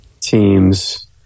teams